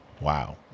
Wow